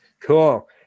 cool